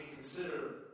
consider